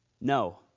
No